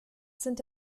sind